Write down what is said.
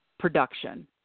production